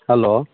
hello